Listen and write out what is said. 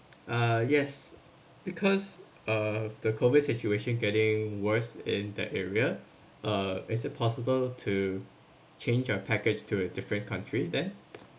uh yes because uh the COVID situation getting worse in that area uh is it possible to change our package to a different country then